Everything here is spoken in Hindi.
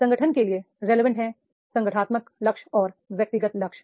संगठन के लिए रिलेवेंट है संगठनात्मक लक्ष्य और व्यक्तिगत लक्ष्य